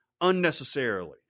unnecessarily